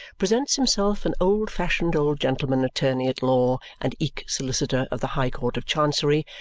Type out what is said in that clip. presents himself an old-fashioned old gentleman, attorney-at-law and eke solicitor of the high court of chancery,